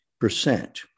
percent